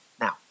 Now